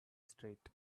street